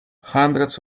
hundreds